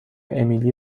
امیلی